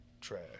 Trash